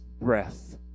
breath